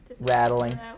rattling